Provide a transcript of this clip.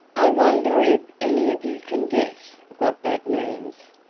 i wonder if any of you can guess what that means.